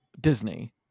Disney